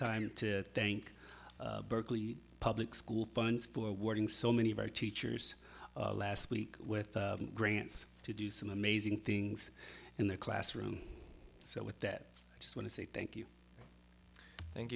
time to thank berkeley public school funds for working so many of our teachers last week with grants to do some amazing things in the classroom so with that i just want to say thank you thank